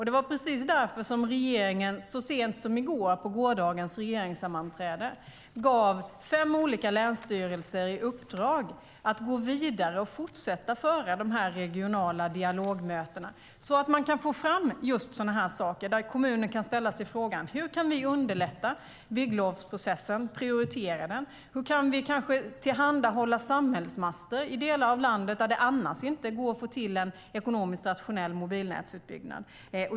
Det var precis därför som regeringen så sent som i går, på gårdagens regeringssammanträde, beslutade om att ge fem olika länsstyrelser i uppdrag att gå vidare och fortsätta föra de här regionala dialogmötena så att man kan få fram just sådana här möten där kommuner kan ställa sig frågan: Hur kan vi underlätta bygglovsprocessen, prioritera den, och hur kan vi tillhandahålla samhällsmaster i delar av landet där det annars inte går att få till en ekonomiskt rationell mobilnätsutbyggnad?